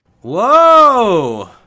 Whoa